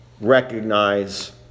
recognize